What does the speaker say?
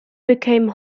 became